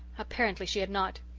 apparently she had not.